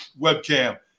webcam